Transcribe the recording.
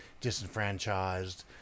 disenfranchised